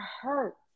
hurt